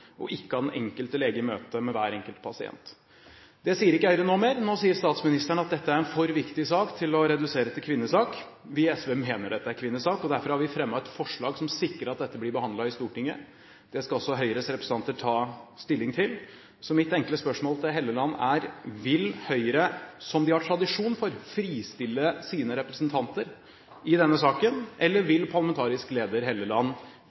rom, ikke av den enkelte lege i møte med hver enkelt pasient». Det sier ikke Høyre nå mer. Nå sier statsministeren at dette er en for viktig sak å redusere til kvinnesak. Vi i SV mener at dette er kvinnesak, og derfor har vi fremmet et forslag som sikrer at dette blir behandlet i Stortinget. Det skal også Høyres representanter ta stilling til. Så mitt enkle spørsmål til Helleland er: Vil Høyre, som de har tradisjon for, fristille sine representanter i denne saken, eller vil parlamentarisk leder Helleland